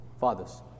fathers